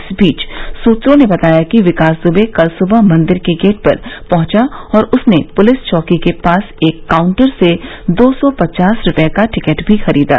इस बीच सूत्रों ने बताया कि विकास दुबे कल सुबह मंदिर के गेट पर पहुंचा और उसने पुलिस चौकी के पास एक काउंटर से दो सौ पचास रुपये का टिकट भी खरीदा